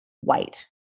white